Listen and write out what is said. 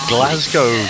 Glasgow